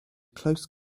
close